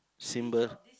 symbol